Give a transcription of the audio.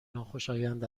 ناخوشایند